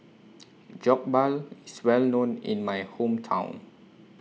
Jokbal IS Well known in My Hometown